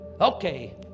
okay